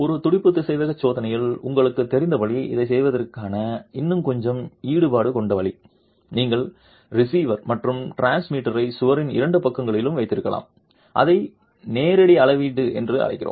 ஒரு துடிப்பு திசைவேக சோதனையில் உங்களுக்குத் தெரிந்தபடி இதைச் செய்வதற்கான இன்னும் கொஞ்சம் ஈடுபாடு கொண்ட வழி நீங்கள் ரிசீவர் மற்றும் டிரான்ஸ்மிட்டரை சுவரின் இரண்டு பக்கங்களிலும் வைத்திருக்கலாம் அதை நேரடி அளவீட்டு என்று அழைக்கிறோம்